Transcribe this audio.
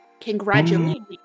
Congratulations